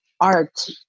art